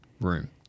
room